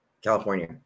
California